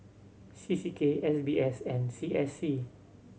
C C K S B S and C S C